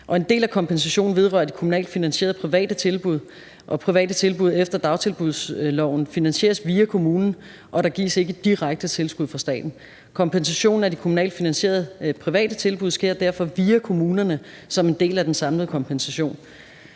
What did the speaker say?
En del af kompensationen vedrører de kommunalt finansierede private tilbud, og private tilbud efter dagtilbudsloven finansieres via kommunen, og der gives ikke direkte tilskud fra staten. Kompensationen af de kommunalt finansierede private tilbud sker derfor via kommunerne som en del af den samlede kompensation.